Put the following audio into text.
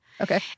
Okay